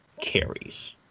carries